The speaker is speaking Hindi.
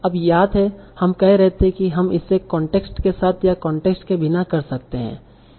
अब याद है हम कह रहे थे हम इसे कॉन्टेक्स्ट के साथ या कॉन्टेक्स्ट के बिना कर सकते हैं